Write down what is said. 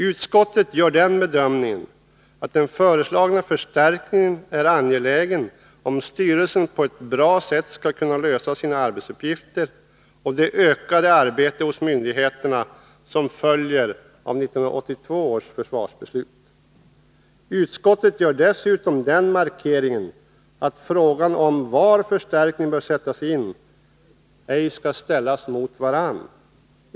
Utskottet gör den bedömningen att den föreslagna förstärkningen är angelägen om styrelsen på ett bra sätt skall kunna lösa sina arbetsuppgifter och för att de ökade arbetsuppgifter för myndigheterna som följer av 1982 års försvarsbeslut skall kunna genomföras. Utskottet gör dessutom den markeringen att de olika förslagen om var förstärkningen bör sättas in ej skall ställas mot varandra.